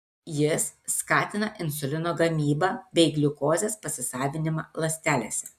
jis skatina insulino gamybą bei gliukozės pasisavinimą ląstelėse